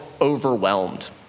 overwhelmed